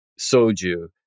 soju